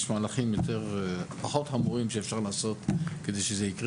יש מהלכים פחות חמורים שאפשר לעשות כדי שזה יקרה.